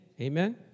Amen